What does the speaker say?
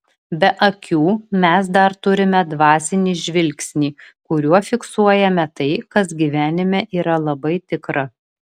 be akių mes dar turime dvasinį žvilgsnį kuriuo fiksuojame tai kas gyvenime yra labai tikra